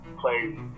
play